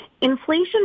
Inflation